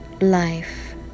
life